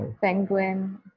Penguin